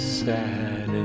sad